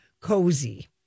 cozy